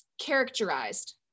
characterized